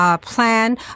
plan